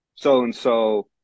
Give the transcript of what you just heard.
So-and-so